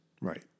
Right